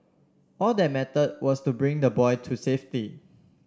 all that mattered was to bring the boy to safety